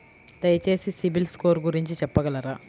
దయచేసి సిబిల్ స్కోర్ గురించి చెప్పగలరా?